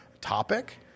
topic